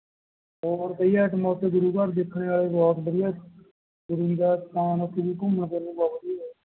ਹੋਰ ਕਈ ਐਟਮਾਂ ਉੱਥੇ ਗੁਰੂ ਘਰ ਦੇਖਣ ਵਾਲੇ ਬਹੁਤ ਵਧੀਆ ਗੁਰੂ ਜੀ ਦਾ ਅਸਥਾਨ ਉੱਥੇ ਵੀ ਘੁੰਮਣ ਫਿਰਨ ਨੂੰ ਬਹੁਤ ਵਧੀਆ ਜਗ੍ਹਾ